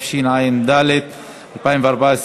עוזר, זה לא רלוונטי.